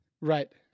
right